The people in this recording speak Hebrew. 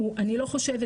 אני לא חושבת,